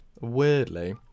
weirdly